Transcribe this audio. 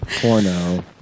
porno